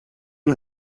een